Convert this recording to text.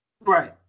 Right